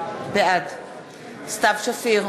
בעד סתיו שפיר,